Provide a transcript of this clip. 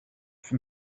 from